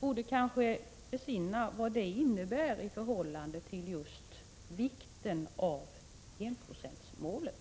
borde kanske besinna vad det innebär i förhållande till just vikten av enprocentsmålet.